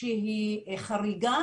שהיא חריגה,